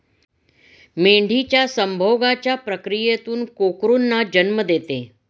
मेंढी संभोगाच्या प्रक्रियेतून कोकरूंना जन्म देते